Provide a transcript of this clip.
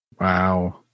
Wow